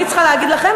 אני צריכה להגיד לכם?